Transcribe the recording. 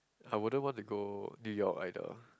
I wouldn't want to go New York either